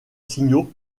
signaux